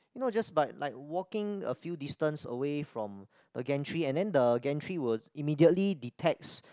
no just but like walking a few distance away from the gantry and then the gantry will immediately detects